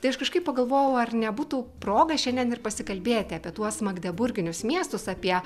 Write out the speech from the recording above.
tai aš kažkaip pagalvojau ar nebūtų proga šiandien ir pasikalbėti apie tuos magdeburginius miestus apie